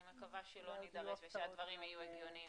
אני מקווה שלא נידרש, שהדברים יהיו הגיוניים.